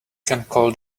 call